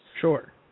Sure